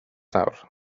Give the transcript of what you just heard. nawr